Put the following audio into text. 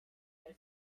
rage